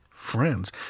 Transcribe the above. friends